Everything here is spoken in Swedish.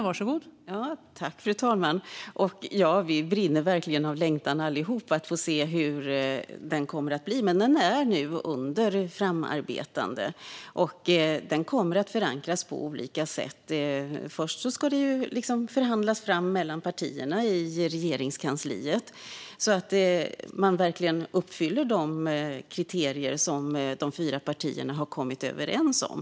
Fru talman! Ja, vi brinner verkligen av längtan allihop efter att få se hur agendan kommer att bli. Men den är nu under framarbetande, och den kommer att förankras på olika sätt. Först ska den förhandlas fram mellan partierna i Regeringskansliet så att den verkligen uppfyller de kriterier som de fyra partierna har kommit överens om.